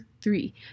three